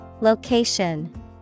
Location